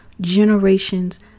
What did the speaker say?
generations